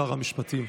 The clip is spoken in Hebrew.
שר המשפטים.